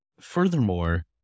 furthermore